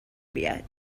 بیاد